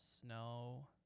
snow